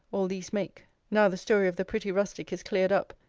all these make, now the story of the pretty rustic is cleared up,